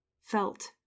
felt